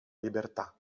libertà